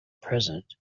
present